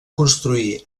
construir